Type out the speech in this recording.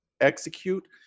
execute